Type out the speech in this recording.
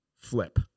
flip